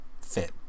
fit